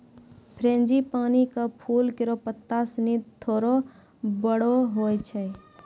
frangipani क फूल केरो पत्ता सिनी थोरो बड़ो होय छै